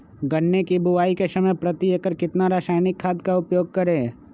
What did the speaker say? गन्ने की बुवाई के समय प्रति एकड़ कितना रासायनिक खाद का उपयोग करें?